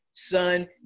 son